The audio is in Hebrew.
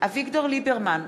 אביגדור ליברמן,